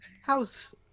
How's